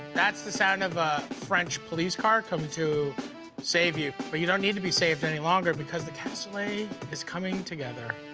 that's the sound of a french police car coming to save you. but you don't need to be saved any longer because the cassoulet is coming together.